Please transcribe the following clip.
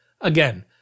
Again